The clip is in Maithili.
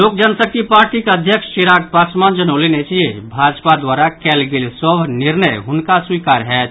लोक जनशक्ति पार्टीक अध्यक्ष चिराग पासवान जनौलनि अछि जे भाजपा द्वारा कयल गेल सभ निर्णय हुनका स्वीकार होयत